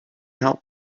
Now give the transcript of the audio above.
help